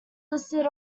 listed